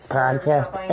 podcast